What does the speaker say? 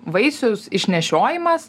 vaisiaus išnešiojimas